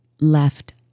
left